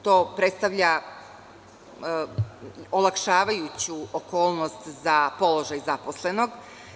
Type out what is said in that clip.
To predstavlja olakšavajuću okolnost za položaj zaposlenog.